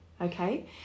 Okay